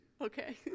okay